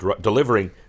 delivering